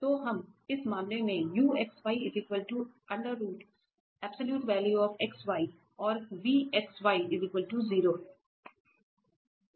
तो इस मामले में और vxy0 हैं